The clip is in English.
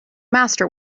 master